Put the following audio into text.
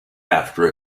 after